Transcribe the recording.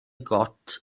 got